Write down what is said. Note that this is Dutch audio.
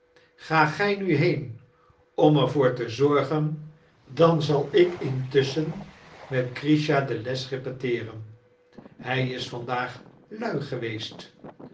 ga gij nu heen om er voor te zorgen dan zal ik intusschen met grischa de les repeteeren hij is vandaag lui geweest